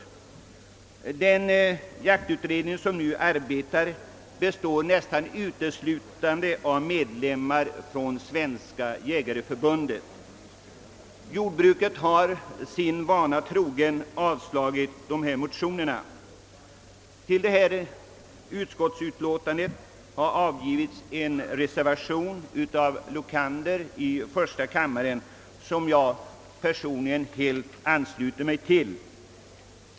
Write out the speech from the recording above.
Den jaktutredning som nu arbetar består nästan uteslutande av medlemmar i Svenska jägareförbundet. Jordbruksutskottet har, sin vana troget, avstyrkt bifall till motionerna. Till utskottets utlåtande har emellertid avgivits en reservation av herr Lokander i första kammaren, och den ber jag att få ansluta mig till.